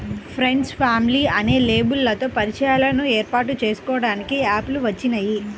friends, family అనే లేబుల్లతో పరిచయాలను ఏర్పాటు చేసుకోడానికి యాప్ లు వచ్చినియ్యి